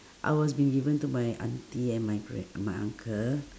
I was being given to my aunty and my grand~ and my uncle